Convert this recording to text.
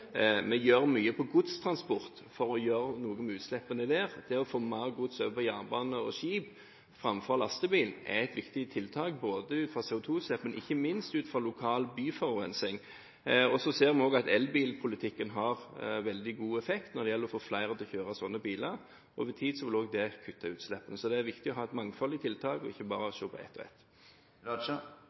Vi gjør mye med godstransporten for å gjøre noe med utslippene der. Det å få mer gods over på jernbane og skip framfor lastebil er et viktig tiltak både for å få ned CO2-utslipp og for lokal byforurensing. Vi ser òg at elbilpolitikken har veldig god effekt for å få flere til å kjøre sånne biler. Over tid vil òg det kutte utslippene, så det er viktig å ha et mangfold i tiltakene og ikke bare se på ett og ett.